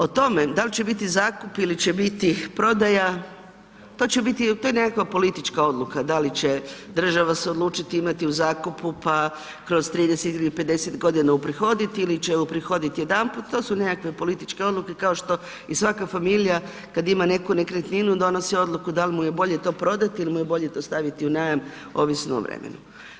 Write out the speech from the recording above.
O tome da li će biti zakup ili će biti prodaja, to je nekakva politička odluka, da li će država se odlučiti imati u zakupu pa kroz 30 ili 50 godina uprihoditi ili će uprihodit jedanput to su nekakve političke odluke kao što i svaka familija kad ima neku nekretninu donosi odluku da li mu je bolje to prodati ili mu je bolje to staviti u najam ovisno o vremenu.